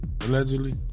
Allegedly